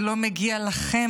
זה לא מגיע לכן,